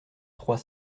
trois